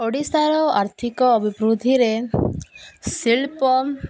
ଓଡ଼ିଶାର ଆର୍ଥିକ ଅଭିବୃଦ୍ଧିରେ ଶିଳ୍ପ